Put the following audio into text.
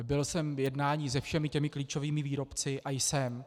Byl jsem v jednání se všemi klíčovými výrobci a jsem.